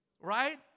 Right